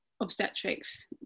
obstetrics